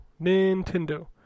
Nintendo